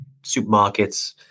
supermarkets